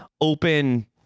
open